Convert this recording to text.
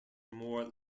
more